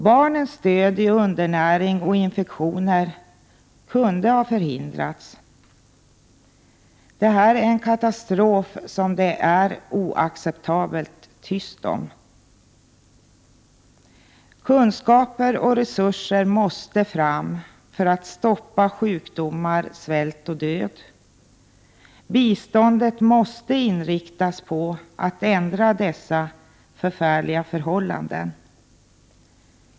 Barnens död i undernäring och infektioner kunde ha förhindrats. Det är en katastrof som det är oacceptabelt tyst om. Kunskaper och resurser måste fram för att stoppa sjukdomar, svält och död. Biståndet måste inriktas på att ändra dessa förfärliga förhållanden.